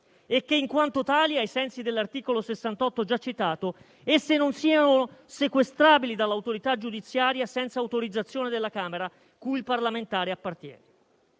e che, in quanto tali, ai sensi dell'articolo 68 già citato, esse non siano sequestrabili dall'autorità giudiziaria senza autorizzazione della Camera cui il parlamentare appartiene.